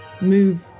move